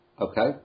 Okay